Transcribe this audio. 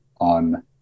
on